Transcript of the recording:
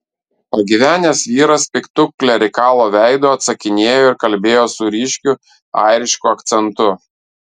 pagyvenęs vyras piktu klerikalo veidu atsakinėjo ir kalbėjo su ryškiu airišku akcentu